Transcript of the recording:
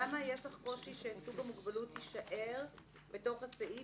למה יש לך קושי שסוג המוגבלות יישאר בתוך הסעיף